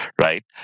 right